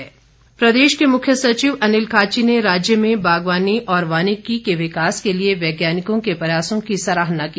मुख्य सचिव प्रदेश के मुख्य सचिव अनिल खाची ने राज्य में बागवानी और वानिकी के विकास के लिए वैज्ञानिकों के प्रयासों की सराहना की